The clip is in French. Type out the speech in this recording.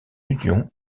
union